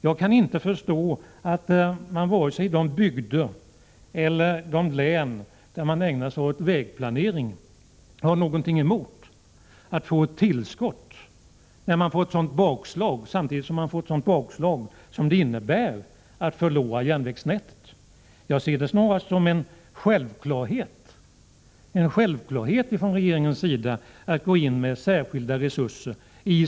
Jag kan inte förstå att man vare sig i de bygder eller i de län där man ägnar sig åt vägplanering har någonting emot att få ett tillskott samtidigt som man drabbas av ett sådant bakslag som att förlora järnvägen. Jag anser snarast att det i sådana lägen är självklart att regeringen går in med särskilda resurser.